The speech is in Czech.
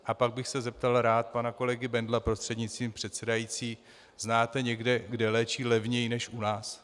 A pak bych se zeptal rád pana kolegy Bendla prostřednictvím předsedající: Znáte někde, kde léčí levněji než u nás?